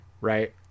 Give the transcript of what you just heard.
right